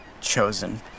chosen